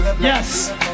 yes